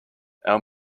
our